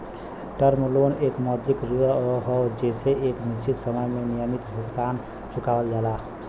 term loan एक मौद्रिक ऋण हौ जेसे एक निश्चित समय में नियमित भुगतान चुकावल जाला